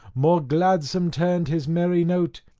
more gladsome turned his merry note,